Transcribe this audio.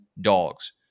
dogs